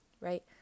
right